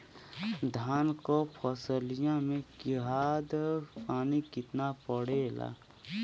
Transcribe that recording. धान क फसलिया मे खाद पानी कितना पड़े ला?